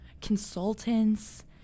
consultants